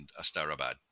Astarabad